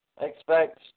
expect